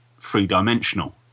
three-dimensional